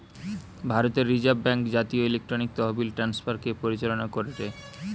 ভারতের reserve bank জাতীয় electronic তহবিল ট্রান্সফার কে পরিচালনা করেটে